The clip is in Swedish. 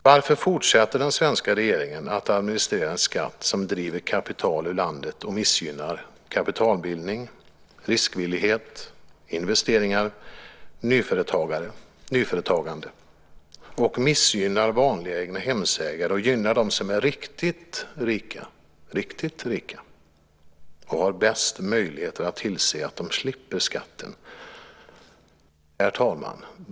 Varför fortsätter den svenska regeringen att administrera en skatt som driver kapital ur landet och missgynnar kapitalbildning, riskvillighet, investeringar, nyföretagande och missgynnar vanliga egnahemsägare och gynnar dem som är riktigt rika och har bäst möjligheter att tillse att de slipper skatten?